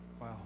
Wow